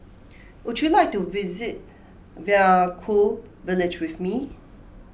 would you like to visit Vaiaku Village with me